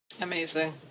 Amazing